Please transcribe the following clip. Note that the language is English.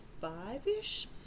five-ish